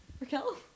Raquel